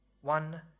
one